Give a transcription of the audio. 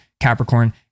Capricorn